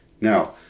Now